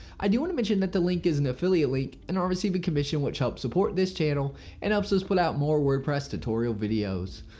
i do want to mention that the link is an affiliate link and i'll receive a commission which helps support this channel and helps put out more wordpress tutorial videos.